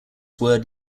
word